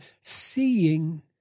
seeing